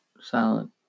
silent